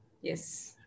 yes